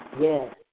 Yes